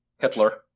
Hitler